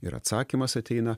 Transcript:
ir atsakymas ateina